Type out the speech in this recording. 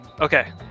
Okay